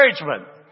encouragement